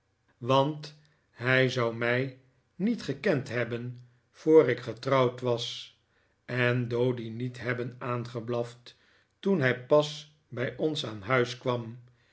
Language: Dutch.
want hij zou mij niet gekend hebben voor ik getrouwd was en doady niet hebben aangeblaft toen hij pas bij ons aan huis kwam